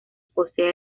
posee